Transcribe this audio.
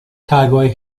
tagoj